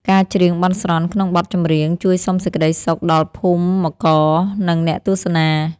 ការច្រៀងបន់ស្រន់ក្នុងបទចម្រៀង ជួយសុំសេចក្ដីសុខដល់ភូមិករ និងអ្នកទស្សនា។